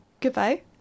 goodbye